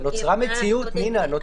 היא יכולה לעשות את זה.